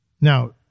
Now